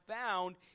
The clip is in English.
found